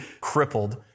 crippled